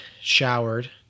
showered